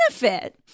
benefit